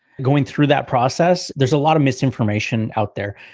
going through that process, there's a lot of misinformation out there,